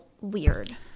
weird